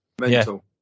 mental